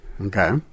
Okay